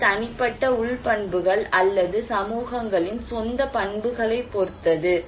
இது தனிப்பட்ட உள் பண்புகள் அல்லது சமூகங்களின் சொந்த பண்புகளைப் பொறுத்தது